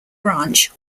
branch